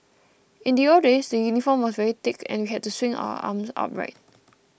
in the old days the uniform was very thick and we had to swing our arms upright